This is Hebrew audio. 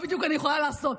מה בדיוק אני יכולה לעשות?